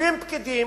יושבים פקידים,